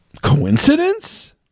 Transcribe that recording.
Coincidence